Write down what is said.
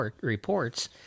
reports